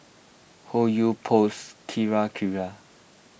Hoyu Post Kirei Kirei